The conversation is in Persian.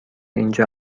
اینجا